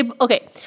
Okay